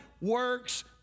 works